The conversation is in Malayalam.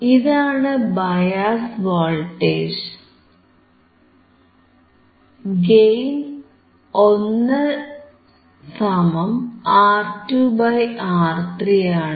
ഇതാണ് ബയാസ് വോൾട്ടേജ് ഗെയിൻ 1R2R3 ആണ്